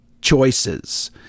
choices